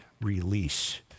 release